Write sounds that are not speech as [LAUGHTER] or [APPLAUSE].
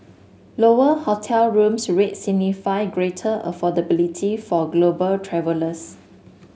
lower hotel rooms rates [UNINTELLIGIBLE] greater affordability for global travellers